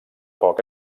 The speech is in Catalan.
poc